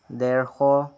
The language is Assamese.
ডেৰশ